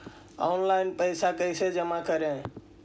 Online पैसा कैसे जमा करे?